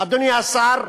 אדוני השר,